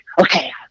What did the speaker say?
okay